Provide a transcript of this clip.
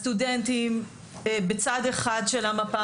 הסטודנטים בצד אחד של המפה,